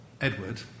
Edward